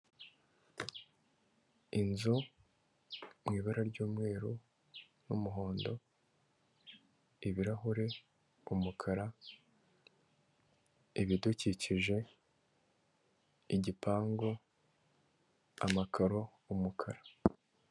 Inzu mu ibara ry'umweru n'umuhondo, ibirahure umukara, ibidukikije, igipangu, amakaro umukara.